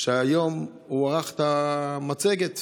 שהיום ערך את המצגת